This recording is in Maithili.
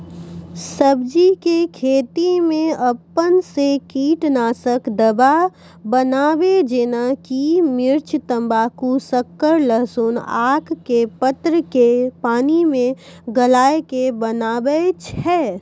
सब्जी के खेती मे अपन से कीटनासक दवा बनाबे जेना कि मिर्च तम्बाकू शक्कर लहसुन आक के पत्र के पानी मे गलाय के बनाबै छै?